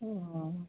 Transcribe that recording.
হুম হুম